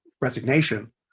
Resignation